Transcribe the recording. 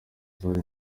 zari